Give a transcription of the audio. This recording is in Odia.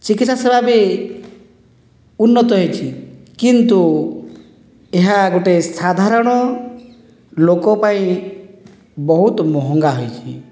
ଚିକିତ୍ସା ସେବା ବି ଉନ୍ନତ ହୋଇଛି କିନ୍ତୁ ଏହା ଗୋଟେ ସାଧାରଣ ଲୋକ ପାଇଁ ବହୁତ ମହଙ୍ଗା ହୋଇଛି